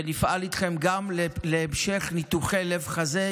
ונפעל איתכם גם להמשך ניתוחי לב-חזה,